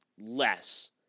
less